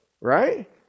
right